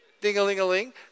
Ding-a-ling-a-ling